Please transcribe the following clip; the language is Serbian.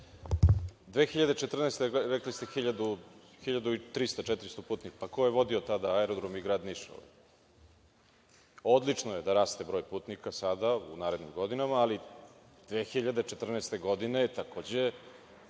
2014, rekli ste 1.300, 1.400 putnika. Pa, ko je vodio tada aerodrom i grad Niš? Odlično je da raste broj putnika sada, u narednim godinama, ali 2014. godine takođe